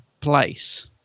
place